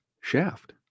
Shaft